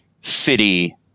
City